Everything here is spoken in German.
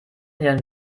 nähern